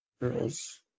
girls